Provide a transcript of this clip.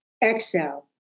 Excel